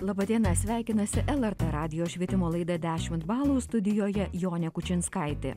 laba diena sveikinasi lrt radijo švietimo laida dešimt balų studijoje jonė kučinskaitė